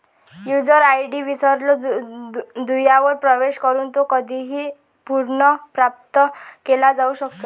user ID विसरलो दुव्यावर प्रवेश करून तो कधीही पुनर्प्राप्त केला जाऊ शकतो